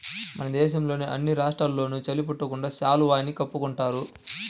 మన దేశంలోని అన్ని రాష్ట్రాల్లోనూ చలి పుట్టకుండా శాలువాని కప్పుకుంటున్నారు